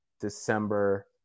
December